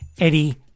Eddie